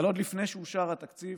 אבל עוד לפני שאושר התקציב